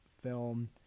film